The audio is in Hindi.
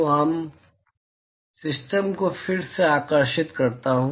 तो मैं सिस्टम को फिर से आकर्षित करता हूं